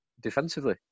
defensively